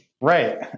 Right